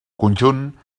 conjunt